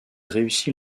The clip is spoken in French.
réussit